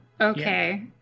okay